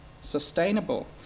sustainable